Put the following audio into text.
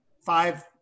five